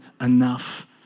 enough